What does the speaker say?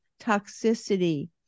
toxicity